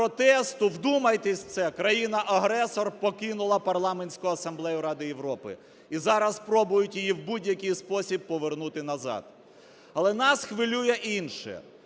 протесту, вдумайтесь в це, країна-агресор покинула Парламентську Асамблею Ради Європи і зараз пробують її в будь-який спосіб повернути назад. Але нас хвилює інше,